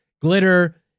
Glitter